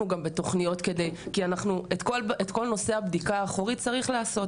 אנחנו גם בתכניות כי את כל נושא הבדיקה האחורית צריך לעשות,